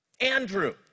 Andrew